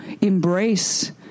embrace